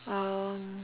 um